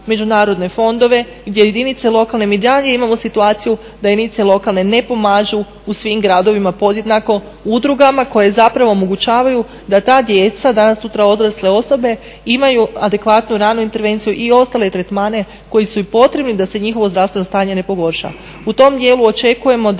međunarodne fondove gdje jedinice lokalne mi i dalje imamo situaciju da jedinice lokalne samouprave ne pomažu u svim gradovima podjednako udrugama koje zapravo omogućavaju da ta djeca danas sutra odrasle osobe imaju adekvatnu ranu intervenciju i ostale tretmane koji su i potrebni da se njihovo zdravstveno stanje ne pogorša.